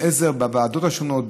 כלי עזר בוועדות השונות,